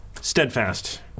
Steadfast